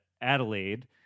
Adelaide